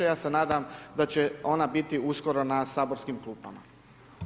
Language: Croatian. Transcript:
Ja se nadam da će ona biti uskoro na saborskim klupama.